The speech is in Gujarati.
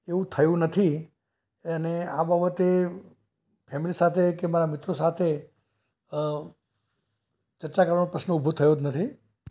એવું થયું નથી અને આ બાબતે ફેમિલી સાથે કે મારા મિત્રો સાથે અ ચર્ચા કરવાનો પ્રશ્ન ઊભો થયો જ નથી